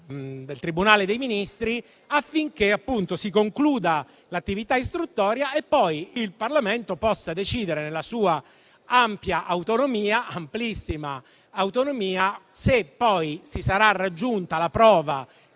del Tribunale dei Ministri, affinché si concluda l'attività istruttoria e poi il Parlamento possa decidere, nella sua amplissima autonomia, se vi saranno